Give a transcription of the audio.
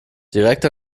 direkt